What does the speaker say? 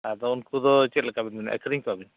ᱟᱫᱚ ᱩᱱᱠᱩ ᱫᱚ ᱪᱮᱫ ᱞᱮᱠᱟᱵᱤᱱ ᱢᱮᱱᱮᱫᱼᱟ ᱟᱹᱠᱷᱨᱤᱧ ᱠᱚᱣᱟᱵᱤᱱ